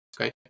okay